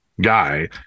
guy